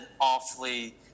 awfully